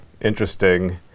interesting